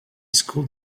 school